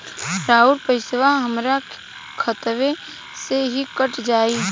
अउर पइसवा हमरा खतवे से ही कट जाई?